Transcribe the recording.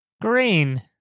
Green